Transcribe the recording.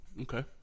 Okay